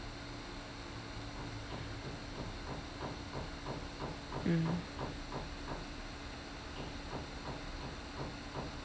mm